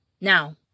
Now